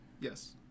Yes